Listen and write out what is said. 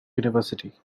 university